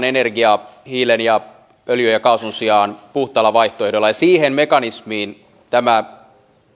energiaa hiilen ja öljyn ja kaasun sijaan puhtaalla vaihtoehdolla ja siihen mekanismiin tämä